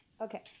Okay